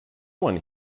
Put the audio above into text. one